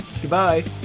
Goodbye